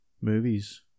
movies